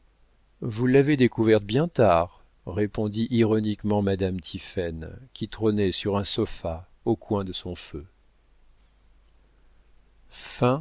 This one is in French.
vous l'avez découverte bien tard répondit ironiquement madame tiphaine qui trônait sur un sofa au coin de son feu